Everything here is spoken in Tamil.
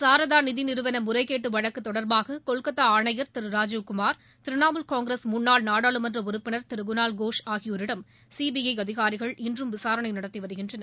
சாரதா நிதி நிறுவன முறைகேட்டு வழக்கு தொடர்பாக கொல்கத்தா ஆணையர் திரு ராஜீவ் குமார் திரிணாமுல் காங்கிரஸ் முன்னாள் நாடாளுமன்ற உறுப்பினர் திரு குனால் கோஷ் ஆகியோரிடம் சிபிஐ அதிகாரிகள் இன்றும் விசாரணை நடத்தி வருகின்றனர்